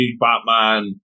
Batman